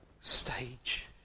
stage